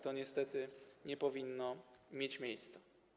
To niestety nie powinno mieć miejsca.